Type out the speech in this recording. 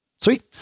Sweet